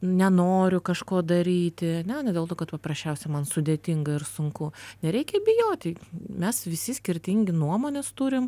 nenoriu kažko daryti ane ne dėl to kad paprasčiausia man sudėtinga ir sunku nereikia bijoti mes visi skirtingi nuomones turim